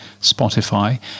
Spotify